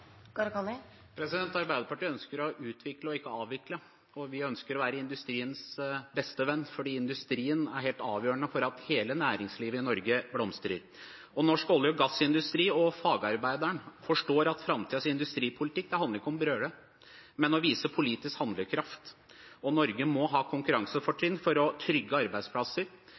Arbeiderpartiet ønsker å utvikle og ikke å avvikle. Vi ønsker å være industriens beste venn, for industrien er helt avgjørende for at hele næringslivet i Norge blomstrer. Norsk olje- og gassindustri og fagarbeideren forstår at framtidens industripolitikk ikke handler om å brøle, men om å vise politisk handlekraft. Norge må ha konkurransefortrinn for å trygge arbeidsplasser,